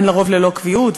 לרוב הן ללא קביעות,